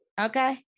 Okay